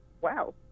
Wow